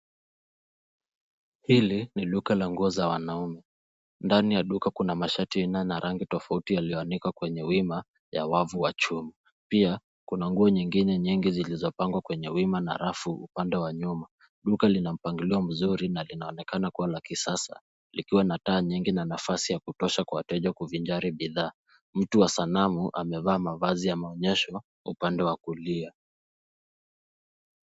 Hili ni duka la nguo za wanaume. Ndani ya duka kuna mashati aina na rangi tofauti yaliyoanikwa kwenye wima ya wavu wa chuma. Pia kuna nguo nyingine nyingi zilizopangwa kwenye wima na rafu upande wa nyuma. Duka lina mpangilio mzuri na linaonekana kuwa la kisasa likiwa na taa nyingi na nafasi ya kutosha kwa wateja kuvinjari bidhaa. Mtu wa sanamu amevaa mavazi ya maonyesho upande wa kulia.